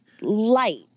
light